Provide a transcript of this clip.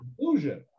conclusion